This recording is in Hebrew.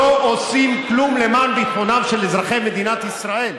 לא עושים כלום למען ביטחונם של אזרחי מדינת ישראל,